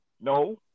No